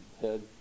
head